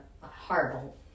horrible